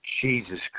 Jesus